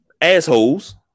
assholes